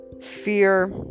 fear